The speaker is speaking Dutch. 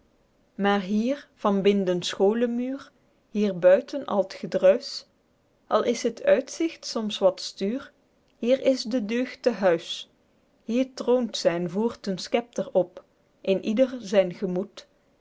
maer hier vanbin den scholemuer hier buiten al t gedruis al is het uitzigt soms wat stuer hier is de deugd te huis hier troont ze en voert den scepter op eenieder zyn gemoed